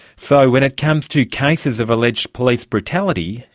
so when it comes to cases of alleged police brutality,